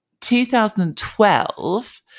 2012